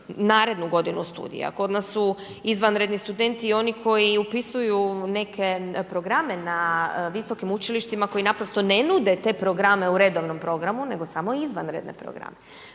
narednu godinu studija, kod nas su izvanredni studenti oni koji upisuju neke programe na visokim učilištima koji naprosto ne nude te programe u redovnom programu nego samo izvanredne programe.